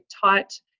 taught